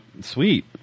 sweet